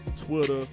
Twitter